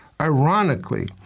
Ironically